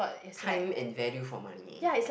time and value for money